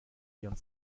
ihren